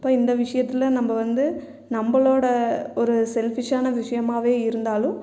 இப்போ இந்த விஷயத்துல நம்ம வந்து நம்மளோட ஒரு செல்ஃபிஷ்ஷான விஷயமாவே இருந்தாலும்